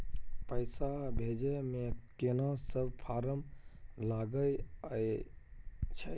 पैसा भेजै मे केना सब फारम लागय अएछ?